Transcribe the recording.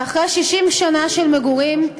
ואחרי 60 שנה של מגורים,